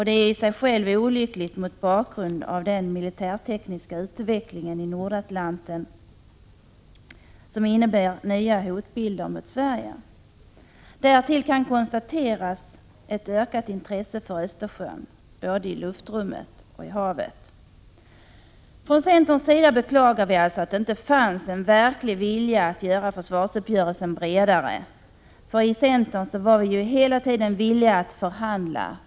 Det är i sig själv olyckligt mot bakgrund av att den militärtekniska utvecklingen i Nordatlanten innebär nya hot mot Sverige. Därtill kan konstateras ett ökat intresse för Östersjön. Det gäller såväl luftrummet som havet. Från centerns sida beklagar vi att det inte fanns en verklig vilja att göra försvarsuppgörelsen bredare. Inom centern var vi ju hela tiden villiga att förhandla.